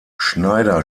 schneider